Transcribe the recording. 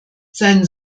sein